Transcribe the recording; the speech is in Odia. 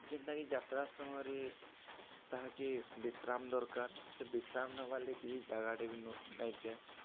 ଯେନ୍ଟାକି ଯାତ୍ରା ସମୟରେ ତାହାକେ ବିଶ୍ରାମ୍ ଦର୍କାର୍ ସେ ବିଶ୍ରାମ୍ ନେବାର୍ ଲାଗି କିଛି ଯାଗାଟେ ବି ନାଇଥାଏ